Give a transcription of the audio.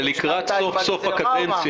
זה לקראת סוף סוף הקדנציה.